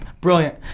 brilliant